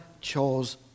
chose